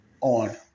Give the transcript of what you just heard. on